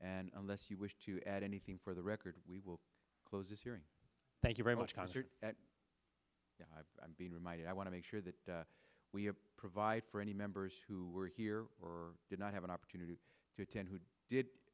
and unless you wish to add anything for the record we will close this hearing thank you very much concert i've been reminded i want to make sure that we provide for any members who were here or did not have an opportunity to attend who did